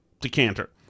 decanter